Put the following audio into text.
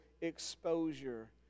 exposure